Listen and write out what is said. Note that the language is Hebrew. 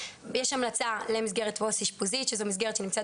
יש המלצה למסגרת פוסט אישפוזית שזאת מסגרת שנמצאת